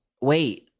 wait